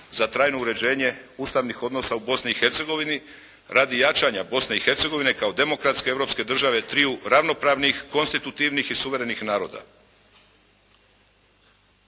za trajno uređenje ustavnih odnosa u Bosni i Hercegovini radi jačanja Bosne i Hercegovine kao demokratske europske države triju ravnopravnih, konstitutivnih i suverenih naroda.